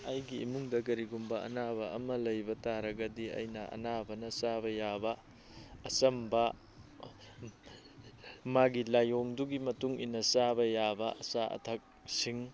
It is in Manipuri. ꯑꯩꯒꯤ ꯏꯃꯨꯡꯗ ꯀꯔꯤꯒꯨꯝꯕ ꯑꯅꯥꯕ ꯑꯃ ꯂꯩꯕ ꯇꯥꯔꯒꯗꯤ ꯑꯩꯅ ꯑꯅꯥꯕꯅ ꯆꯥꯕ ꯌꯥꯕ ꯑꯆꯝꯕ ꯃꯥꯒꯤ ꯂꯥꯏꯌꯣꯡꯗꯨꯒꯤ ꯃꯇꯨꯡꯏꯟꯅ ꯆꯥꯕ ꯌꯥꯕ ꯑꯆꯥ ꯑꯊꯛꯁꯤꯡ